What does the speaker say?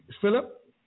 Philip